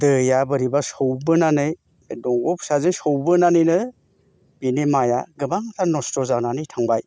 दैया बोरैबा सौबोनानै बे दंग' फिसाजों सौबोनानैनो बिनि माइया गोबांथार नस्थ' जानानै थांबाय